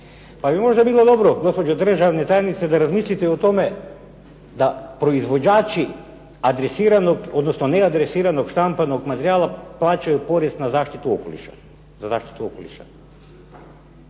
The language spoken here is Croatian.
Pa bi možda bilo dobro gospođo državna tajnice da razmislite i o tome da proizvođači adresiranog, odnosno neadresiranog štampanog materijala plaćaju porez na zaštitu okoliša,